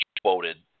quoted